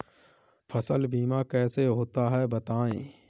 फसल बीमा कैसे होता है बताएँ?